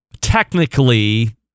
technically